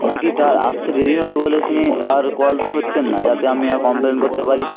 না কি তার আসতে দেরি হবে বলে তিনি আর কল ধচ্ছেন না যাতে আমি না কমপ্লেন করতে পারি